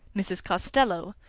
mrs. costello,